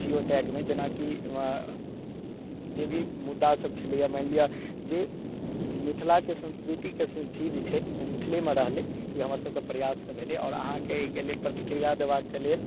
जी I टैगमे जेना कि जे भी मुद्दा सब छलैए मानि लियऽ जे मिथिलाके संस्कृतिके सब चीज छै ओ मिथिलेमे रहलै ई हमर सबके प्रयास से भेलै आओर अहाँके एहिके लेल प्रतिक्रिया देबाक लेल